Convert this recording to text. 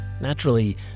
Naturally